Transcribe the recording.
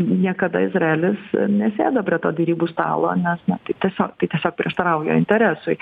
niekada izraelis nesėdo prie to derybų stalo nes na tai tiesiog tai tiesiog prieštarauja interesui